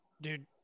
dude